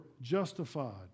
justified